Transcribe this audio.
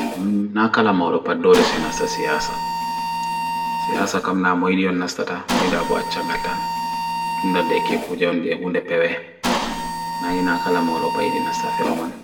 naka la mouro pa dole se nasta siya asa. Siya asa kam na moidi on nasta ta, moidi abo achangata. Tundar de ke puja on de hunde pewe. Na i naka la mouro pa iri nasta fe oman.